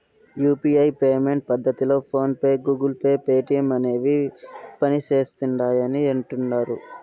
UPI payment పద్దతిలో PhonePe, Google Pay, Paytm అనేవి పనిసేస్తిండాయని అంటుడారు